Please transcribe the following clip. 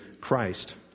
Christ